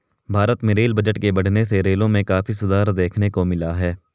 भारत में rail budget के बढ़ने से रेलों में काफी सुधार देखने को मिला है